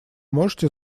можете